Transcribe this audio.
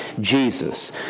Jesus